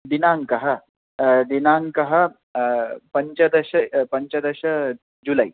दिनाङ्कः दिनाङ्कः पञ्चदश पञ्चदश जुलै